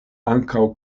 ankaŭ